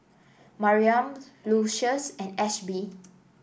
Mariam Lucius and Ashby